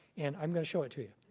and i'm going to show it to you.